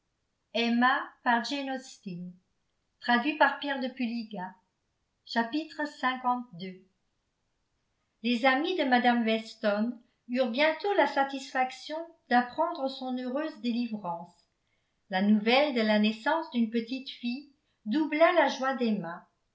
les amis de mme weston eurent bientôt la satisfaction d'apprendre son heureuse délivrance la nouvelle de la naissance d'une petite fille doubla la joie d'emma